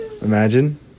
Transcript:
Imagine